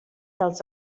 dels